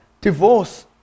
Divorce